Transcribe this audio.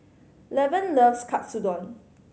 Lavon loves Katsudon